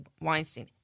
Weinstein